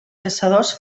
caçadors